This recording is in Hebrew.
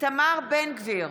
איתמר בן גביר,